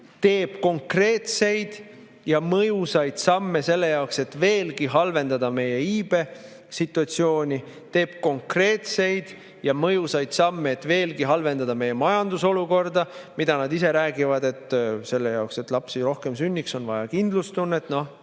Teeb konkreetseid ja mõjusaid samme selle jaoks, et veelgi halvendada meie iibesituatsiooni. Teeb konkreetseid ja mõjusaid samme, et veelgi halvendada meie majandusolukorda. Nad ise räägivad, et selle jaoks, et lapsi rohkem sünniks, on vaja kindlustunnet. Noh,